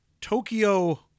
Tokyo